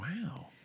Wow